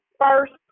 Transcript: first